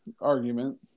argument